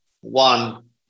one